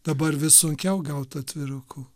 dabar vis sunkiau gaut atvirukų